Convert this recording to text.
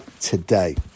today